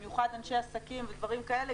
במיוחד אנשי עסקים ודברים כאלה,